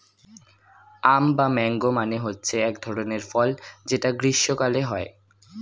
আম বা ম্যাংগো মানে হচ্ছে এক ধরনের ফল যেটা গ্রীস্মকালে হয়